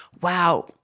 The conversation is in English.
wow